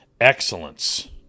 excellence